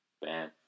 Bam